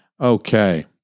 Okay